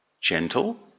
gentle